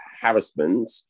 harassment